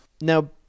Now